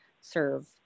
serve